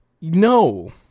no